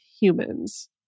humans